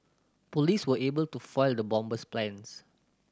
police were able to foil the bomber's plans